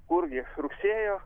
kurgi rugsėjo